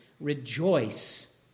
Rejoice